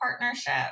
partnership